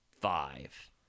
five